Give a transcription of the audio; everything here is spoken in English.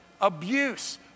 abuse